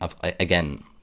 again